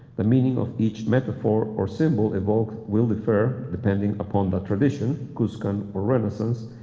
the meaning of each metaphor or symbol evoked will defer, depending upon the tradition, cuscan or reticence,